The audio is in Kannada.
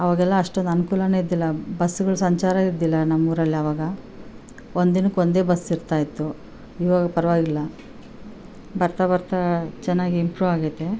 ಅವಾಗೆಲ್ಲ ಅಷ್ಟೊಂದು ಅನುಕೂಲನೇ ಇದ್ದಿಲ್ಲ ಬಸ್ಗಳು ಸಂಚಾರ ಇದ್ದಿಲ್ಲ ನಮ್ಮೂರಲ್ಲಿ ಅವಾಗ ಒಂದಿನಕ್ಕೆ ಒಂದೇ ಬಸ್ ಇರ್ತಾ ಇತ್ತು ಇವಾಗ ಪರವಾಗಿಲ್ಲ ಬರ್ತಾ ಬರ್ತಾ ಚೆನ್ನಾಗಿ ಇಂಪ್ರೂವ್ ಆಗಿದೆ